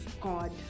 god